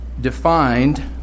defined